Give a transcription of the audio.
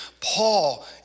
Paul